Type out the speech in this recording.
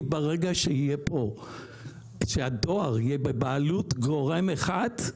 ברגע שהדואר יהיה בבעלות גורם אחד,